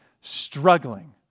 struggling